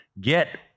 get